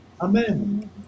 amen